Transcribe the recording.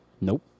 Nope